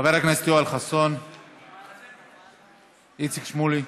חבר הכנסת יואל חסון, איציק שמולי,